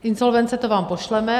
Insolvence, to vám pošleme.